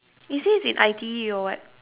is this in I_T_E or what